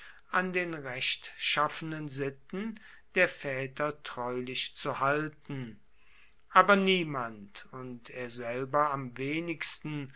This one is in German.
an den rechtschaffenen sitten der väter treulich zu halten aber niemand und er selber am wenigsten